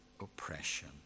oppression